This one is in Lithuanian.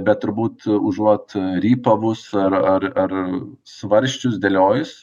bet turbūt užuot rypavus ar a ar svarsčius dėliojus